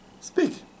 speak